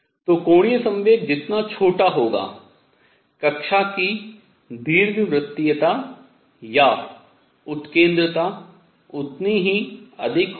तो कोणीय संवेग जितना छोटा होगा कक्षा की दीर्घवृत्तीयता या उत्केंद्रता उतनी ही अधिक होगी